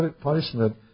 punishment